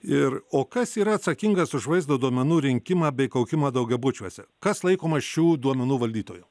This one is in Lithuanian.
ir o kas yra atsakingas už vaizdo duomenų rinkimą bei kaukimą daugiabučiuose kas laikoma šių duomenų valdytoju